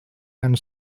and